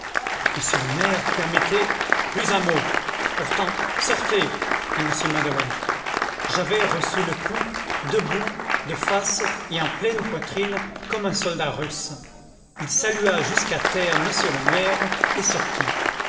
monsieur le maire permettez plus un mot pourtant sortez dit m madeleine javert reçut le coup debout de face et en pleine poitrine comme un soldat russe il salua jusqu'à terre monsieur le maire et sortit